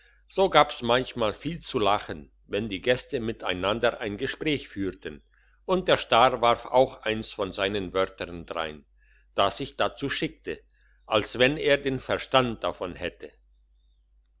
so gab's manchmal viel zu lachen wenn die gäste miteinander ein gespräch führten und der star warf auch eins von seinen wörtern drein das sich dazu schickte als wenn er den verstand davon hätte